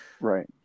Right